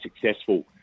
successful